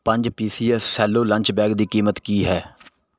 ਪੰਜ P C S Cello lunch bag ਦੀ ਕੀਮਤ ਕੀ ਹੈ